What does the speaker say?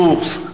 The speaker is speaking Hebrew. קורסק,